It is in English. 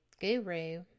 guru